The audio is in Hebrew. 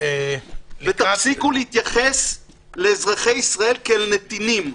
ותפסיקו להתייחס לאזרחי ישראל כאל נתינים.